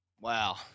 Wow